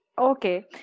Okay